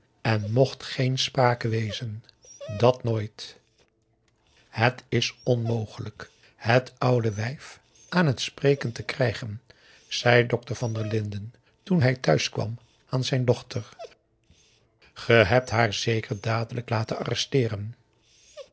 en mocht geen sprake wezen dat nooit het is onmogelijk het oude wijf aan het spreken te krijgen zei dokter van der linden toen hij thuis kwam aan zijn dochter ge hebt haar zeker dadelijk laten